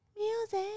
Music